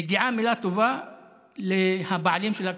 מגיעה מילה טובה לבעלים של הקבוצה,